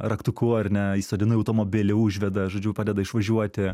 raktuku ar ne įsodina į automobilį užveda žodžiu padeda išvažiuoti